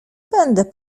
będę